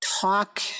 talk